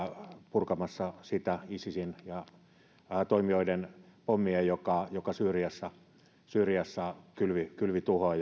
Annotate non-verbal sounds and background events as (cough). purkamassa sitä isisin ja toimijoiden pommia joka joka syyriassa syyriassa kylvi kylvi tuhoa (unintelligible)